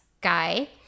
guy